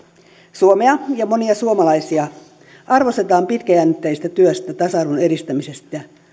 suomea ja monia suomalaisia arvostetaan pitkäjänteisestä työstä tasa arvon edistämisessä